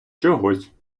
чогось